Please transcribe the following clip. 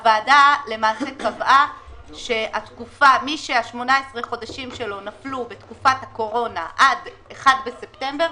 הוועדה קבעה שמי שה-18 החודשים שלו נפלו בתקופת הקורונה עד 30 בספטמבר,